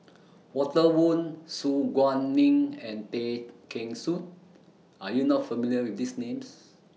Walter Woon Su Guaning and Tay Kheng Soon Are YOU not familiar with These Names